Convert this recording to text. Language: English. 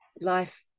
life